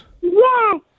Yes